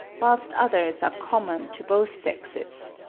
whilst others are common to both sexes.